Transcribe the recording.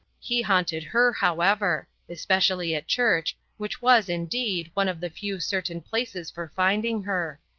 he haunted her, however especially at church, which was, indeed, one of the few certain places for finding her.